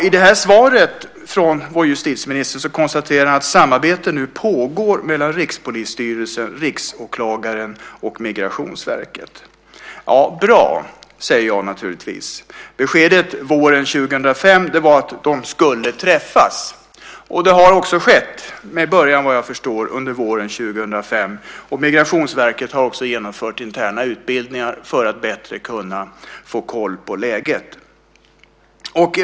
I det här svaret från vår justitieminister konstaterar han att samarbete nu pågår mellan Rikspolisstyrelsen, riksåklagaren och Migrationsverket. Bra! säger jag naturligtvis. Beskedet våren 2005 var att de skulle träffas. Det har också skett, med början, vad jag förstår, under våren 2005. Migrationsverket har också genomfört interna utbildningar för att bättre kunna få koll på läget.